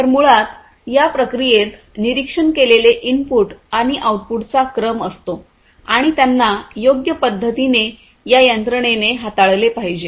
तर मुळात या प्रक्रियेत निरिक्षण केलेले इनपुट आणि आऊटपुटचा क्रम असतो आणि त्यांना योग्य पद्धतीने या यंत्रणेने हाताळले पाहिजे